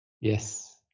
Yes